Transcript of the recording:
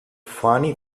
funny